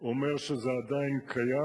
אומר שזה עדיין קיים.